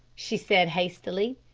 she said hastily.